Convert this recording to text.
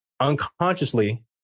unconsciously